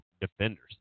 defenders